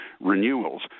renewals